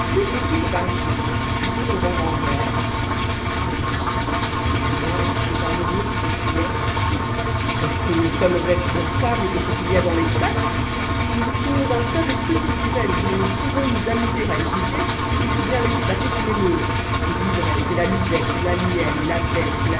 que par ici il faut qu'on vendange vert etc ou bien c'était un meunier qui s'écriait est-ce que nous sommes responsables de ce qu'il y a dans les sacs nous y trouvons un tas de petites graines que nous ne pouvons pas nous amuser à éplucher et qu'il faut bien laisser passer sous les meules c'est l'ivraie c'est la luzette la nielle la vesce